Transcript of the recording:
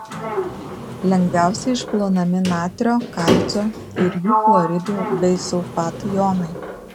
lengviausiai išplaunami natrio kalcio ir jų chloridų bei sulfatų jonai